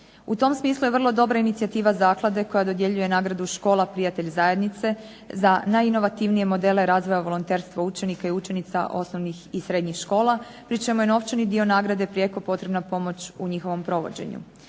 U tom smislu je vrlo dobra inicijativa zaklade koja dodjeljuje nagradu "Škola – prijatelj zajednice" za najinovativnije modele razvoja volonterstva učenika i učenica osnovnih i srednjih škola pri čemu je novčani dio nagrade prijeko potrebna pomoć u njihovom provođenju.